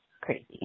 crazy